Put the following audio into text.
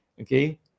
okay